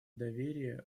доверия